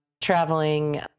traveling